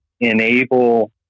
enable